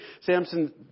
Samson